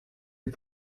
est